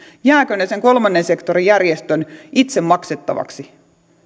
jäävätkö ne sen kolmannen sektorin järjestön itse maksettavaksi